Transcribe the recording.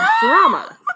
drama